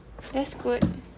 that's good